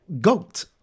Goat